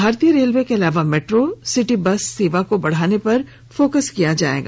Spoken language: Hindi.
भारतीय रेलवे के अलावा मेट्रो सिटी बस बस सेवा को बढ़ाने पर फोकस किया जाएगा